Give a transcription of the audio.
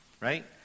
right